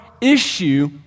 issue